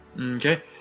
Okay